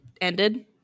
ended